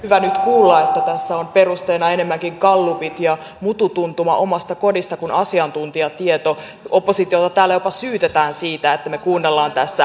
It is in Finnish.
hyvä nyt kuulla että tässä on perusteena enemmänkin gallupit ja mutu tuntuma omasta kodista kuin asiantuntijatieto kun oppositiota täällä jopa syytetään siitä että me kuuntelemme tässä asiantuntijoita